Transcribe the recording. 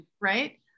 Right